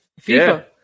FIFA